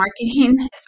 marketing